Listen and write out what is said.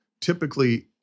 typically